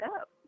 up